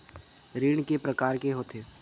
ऋण के प्रकार के होथे?